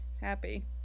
happy